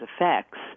effects